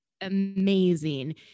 amazing